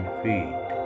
feet